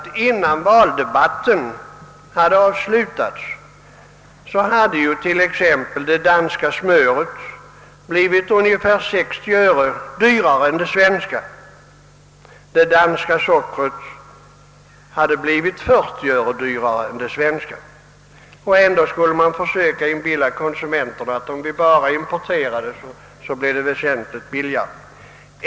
Innan valdebatten hade avslutats hade t.ex. det danska smöret blivit ungefär 60 öre dyrare än det svenska och det danska sockret hade blivit 40 öre dyrare. ändå försökte man inbilla konsumenterna att det skulle bli väsentligt billigare bara vi importerade.